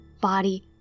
body